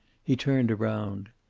he turned around.